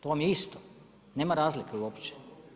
To vam je isto, nema razlike uopće.